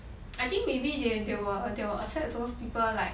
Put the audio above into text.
I think maybe they they will they will accept those people like